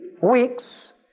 weeks